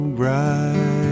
bright